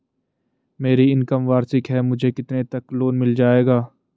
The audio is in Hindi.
मेरी इनकम वार्षिक है मुझे कितने तक लोन मिल जाएगा?